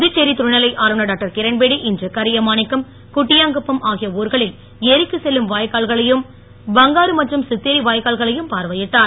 புதுச்சேரி துணைநிலை ஆளுநர் டாக்டர் கிரண்பேடி இன்று கரியமாணிக்கம் குட்டியாங்குப்பம் ஆகிய ஊர்களில் ஏரிக்குச் செல்லும் வாய்க்கால்களையும் பங்காரு மற்றும் சித்தேரி வாய்க்கால்களையும் பார்வையிட்டார்